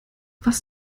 was